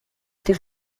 this